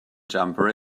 jumper